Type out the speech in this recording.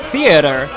Theater